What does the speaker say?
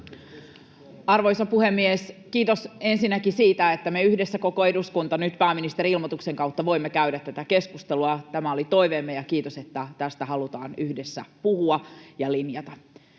Arvoisa puhemies! Kiitos ensinnäkin siitä, että me yhdessä, koko eduskunta, nyt pääministerin ilmoituksen kautta voimme käydä tätä keskustelua. Tämä oli toiveemme, ja kiitos, että tästä halutaan yhdessä puhua ja linjata.